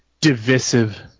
divisive